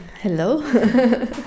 Hello